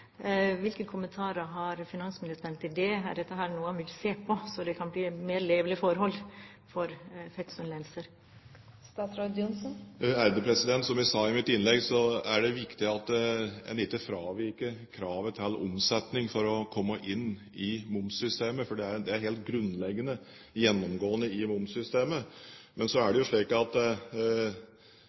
Hvilke kommentarer har finansministeren til det? Er dette noe han vil se på, så det kan bli mer levelig forhold for Fetsund Lenser? Som jeg sa i mitt innlegg, er det viktig at en ikke fraviker kravet til omsetning for å komme inn i momssystemet. Det er helt grunnleggende og gjennomgående i momssystemet. Så er det slik at